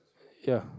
ya